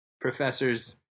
professors